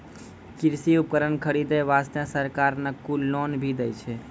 कृषि उपकरण खरीदै वास्तॅ सरकार न कुल लोन भी दै छै